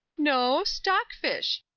no, stockfish.